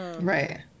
Right